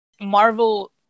Marvel